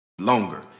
longer